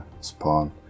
spawn